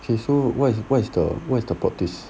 okay so what is what is the what is the plot twist